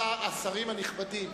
השרים הנכבדים,